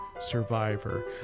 Survivor